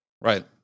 Right